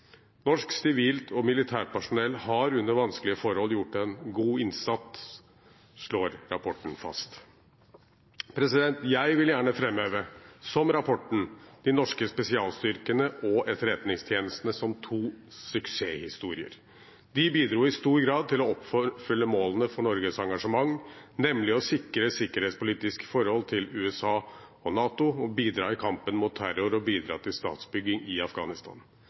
Norsk sivilt og militært personell har under vanskelige forhold gjort en god innsats, slår rapporten fast. Jeg vil gjerne framheve, som rapporten, de norske spesialstyrkene og etterretningstjenestene som to suksesshistorier. De bidro i stor grad til å oppfylle målene for Norges engasjement, nemlig å sikre Norges sikkerhetspolitiske forhold til USA og NATO, bidra i kampen mot terror og bidra til statsbygging i Afghanistan.